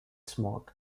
smog